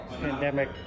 Pandemic